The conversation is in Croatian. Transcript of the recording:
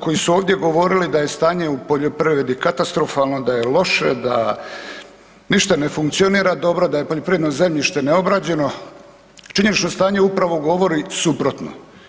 koji su ovdje govorili da je stanje u poljoprivredi katastrofalno, da je loše, da ništa ne funkcionira dobro, da je poljoprivredno zemljište neobrađeno, činjenično stanje upravo govori suprotno.